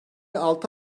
altı